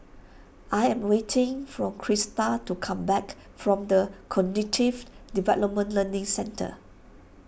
I am waiting for Krysta to come back from the Cognitive Development Learning Centre